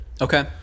Okay